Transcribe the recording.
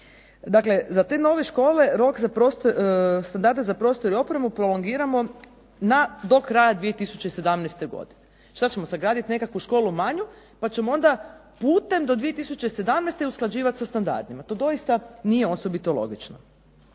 za te nove škole standarde za prostor i opremu prolongiramo do kraja 2017. godine. Što ćemo sagraditi nekakvu školu manju pa ćemo onda putem do 2107. usklađivati sa standardima to nije logično.